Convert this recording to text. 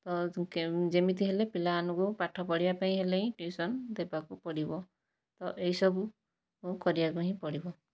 ତ ଯେମିତି ହେଲେ ପିଲାମାନଙ୍କୁ ପାଠପଢ଼ିବା ପାଇଁ ହେଲେ ହିଁ ଟ୍ୟୁସନ୍ ଦେବାକୁ ପଡ଼ିବ ତ ଏଇସବୁ ମୁଁ କରିବା ପାଇଁ ପଡ଼ିବ